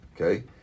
okay